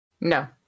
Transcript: No